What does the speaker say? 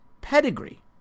pedigree